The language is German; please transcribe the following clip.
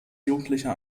jugendlicher